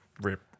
Rip